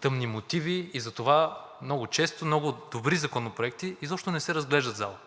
тъмни мотиви и затова много често много добри законопроекти изобщо не се разглеждат в залата.